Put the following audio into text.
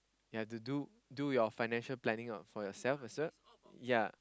you have to do do your financial planning for yourself as well